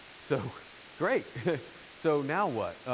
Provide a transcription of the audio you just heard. so great so now what?